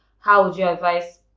how would you advise?